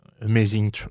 amazing